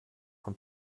von